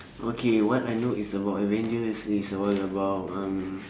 okay what I know is about avengers is all about um